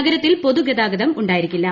നഗരത്തിൽ പൊതുഗതാഗതം ഉണ്ടായിരിക്കില്ല